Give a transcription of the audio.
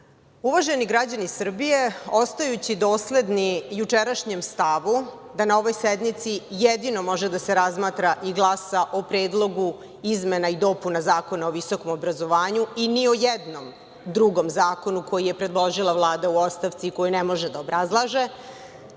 grupe. Uvaženi građani Srbije, ostajući dosledni jučerašnjem stavu da na ovoj sednici jedino može da se razmatra i glasa o Predlogu izmena i dopuna Zakona o visokom obrazovanju i ni o jednom drugom zakonu koji je predložila Vlada u ostavci, koju ne može da obrazlaže,